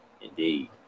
indeed